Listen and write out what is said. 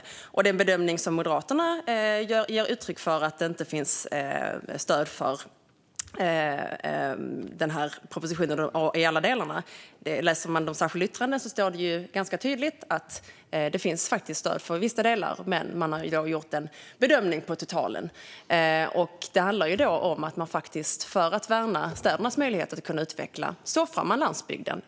När det gäller den bedömning som Moderaterna ger uttryck för, att det inte finns stöd för den här propositionen i alla dess delar, står det ganska tydligt i de särskilda yttrandena att det faktiskt finns stöd för vissa delar men att man har gjort en bedömning på totalen. Det handlar om att man, för att värna städernas möjligheter att utvecklas, offrar landsbygden.